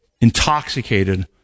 intoxicated